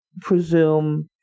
presume